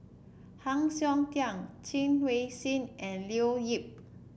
Heng Siok Tian Chen Wen Hsi and Leo Yip